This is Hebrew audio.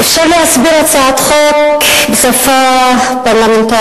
אפשר להסביר הצעת חוק בשפה פרלמנטרית,